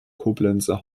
koblenzer